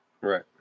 right